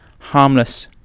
harmless